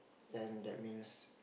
then that means